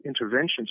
interventions